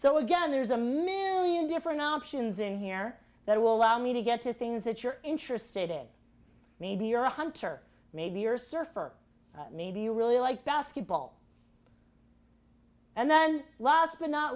so again there's a million different options in here that will allow me to get to things that you're interested in maybe you're a hunter maybe your surfer maybe you really like basketball and then last but not